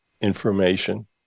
information